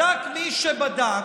בדק מי שבדק,